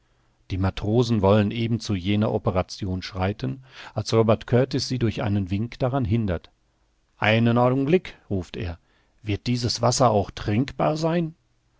die matrosen wollen eben zu jener operation schreiten als robert kurtis sie durch einen wink daran hindert einen augenblick ruft er wird dieses wasser auch trinkbar sein